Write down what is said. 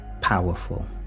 powerful